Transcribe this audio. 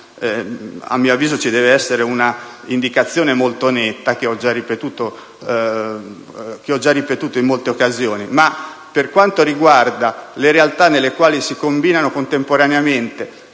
a mio avviso ci deve essere una indicazione molto netta, che ho già ripetuto in numerose occasioni, ma, per quanto riguarda le realtà nelle quali si combinano contemporaneamente